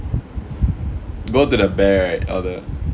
go to the bear right or the